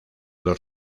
dos